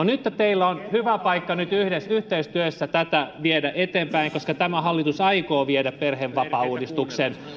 nytten teillä on hyvä paikka yhteistyössä tätä viedä eteenpäin koska tämä hallitus aikoo viedä perhevapaauudistuksen